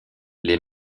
les